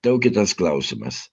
tai jau kitas klausimas